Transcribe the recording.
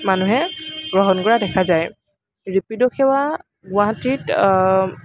মানুহে গ্ৰহণ কৰা দেখা যায় ৰেপিড' সেৱা গুৱাহাটীত